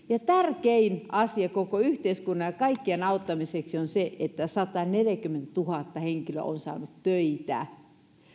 ja tärkein asia koko yhteiskunnan ja kaikkien auttamiseksi on se että sataneljäkymmentätuhatta henkilöä on saanut töitä